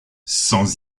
sans